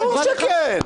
ברור שכן.